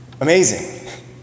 Amazing